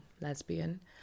lesbian